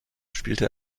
spielte